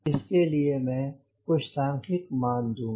इसके लिए मैं कुछ सांख्यिक मान दूँगा